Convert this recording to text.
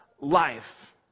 life